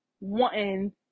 wanting